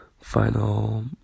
final